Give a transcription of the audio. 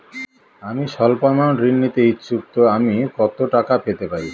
আমি সল্প আমৌন্ট ঋণ নিতে ইচ্ছুক তো আমি কত টাকা পেতে পারি?